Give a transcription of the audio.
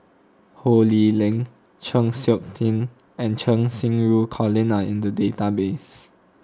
Ho Lee Ling Chng Seok Tin and Cheng Xinru Colin are in the database